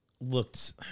looked